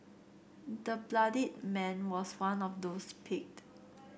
the bloodied man was one of those picked